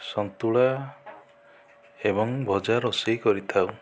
ସନ୍ତୁଳା ଏବଂ ଭଜା ରୋଷେଇ କରିଥାଉ